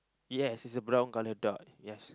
yes is a brown colour dog yes